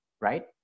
Right